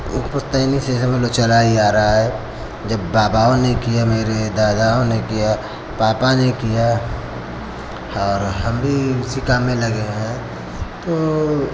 एक पुश्तैनी से समझ लो चला ही आ रहा है जब बाबाओं ने किया मेरे दादाओं ने किया पापा ने किया और हम भी उसी काम में लगे हैं तो